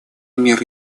меры